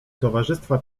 towarzystwa